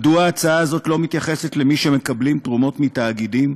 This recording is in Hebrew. מדוע ההצעה הזאת לא מתייחסת למי שמקבלים תרומות מתאגידים,